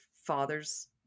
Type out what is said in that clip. father's